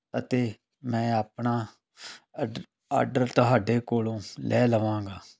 ਅਤੇ ਮੈਂ ਆਪਣਾ ਅਡ ਆਡਰ ਤੁਹਾਡੇ ਕੋਲੋਂ ਲੈ ਲਵਾਂਗਾ